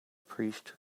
priest